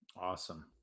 awesome